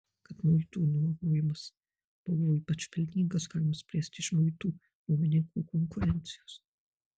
kad muitų nuomojimas buvo ypač pelningas galima spręsti iš muitų nuomininkų konkurencijos